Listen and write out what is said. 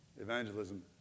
evangelism